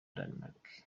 danemark